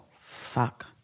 fuck